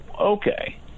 okay